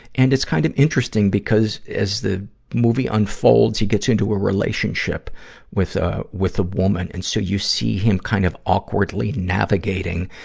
and it's kind of interesting because as the movie unfolds, he gets into a relationship with a, with a woman. and so, you see him kind of awkwardly navigating,